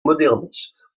moderniste